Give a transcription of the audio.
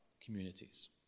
communities